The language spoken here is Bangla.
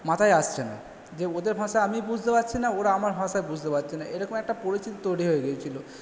মাথায় আসছে না যে ওদের ভাষা আমি বুঝতে পারছি না ওরা আমার ভাষা বুঝতে পারছে না এরকম একটা পরিস্থিতি তৈরি হয়ে গিয়েছিল